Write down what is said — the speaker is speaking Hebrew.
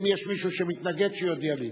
אם יש מישהו שמתנגד, שיודיע לי.